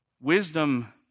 Wisdom